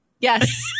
Yes